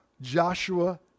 Joshua